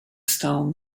stones